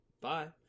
Bye